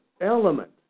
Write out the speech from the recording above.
element